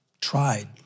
Tried